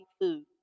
food